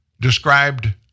described